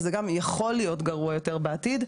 וזה גם יכול להיות גרוע יותר בעתיד.